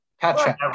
Patrick